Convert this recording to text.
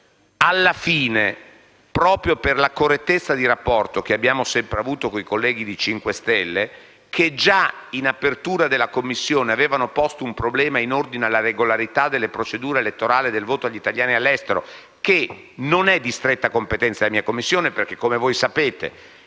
in considerazione la correttezza di rapporto che abbiamo sempre avuto con i colleghi del Movimento 5 Stelle, che peraltro già in apertura di seduta di Commissione avevano posto un problema in ordine alla regolarità delle procedure elettorali del voto degli italiani all'estero, che non è di stretta competenza della nostra Commissione perché - come è noto